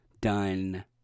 done